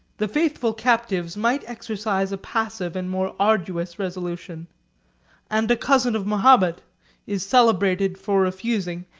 the faithful captives might exercise a passive and more arduous resolution and a cousin of mahomet is celebrated for refusing,